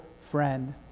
friend